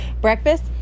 breakfast